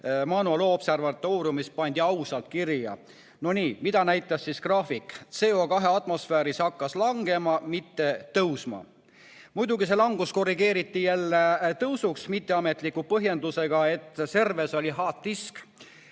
Loa observatooriumis pandi ausalt kirja. No nii, mida näitas graafik? CO2tase atmosfääris hakkas langema, mitte tõusma. Muidugi, see langus korrigeeriti jälle tõusuks – mitteametliku põhjendusega, et serveris olihard disk